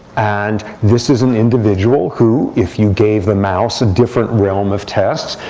and this is an individual who, if you gave the mouse a different realm of tests,